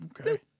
Okay